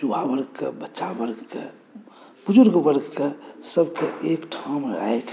युवा वर्गके बच्चावर्गके बुजुर्गों वर्गके सभके एकठाम राख़िकऽ